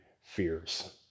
fears